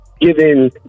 Given